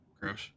Gross